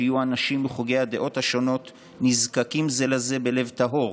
שיהיו אנשים מחוגי הדעות השונות נזקקים זה לזה בלב טהור